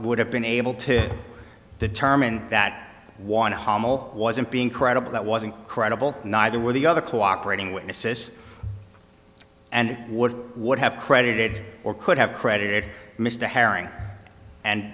would have been able to determine that one hommel wasn't being credible that wasn't credible neither were the other cooperating witnesses and what would have credited or could have credited mr herring and